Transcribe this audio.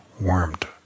warmed